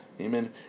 Amen